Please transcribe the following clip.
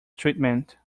treatment